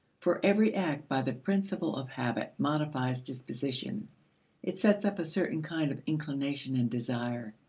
for every act, by the principle of habit, modifies disposition it sets up a certain kind of inclination and desire.